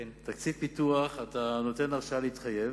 בתקציב פיתוח אתה נותן הרשאה להתחייב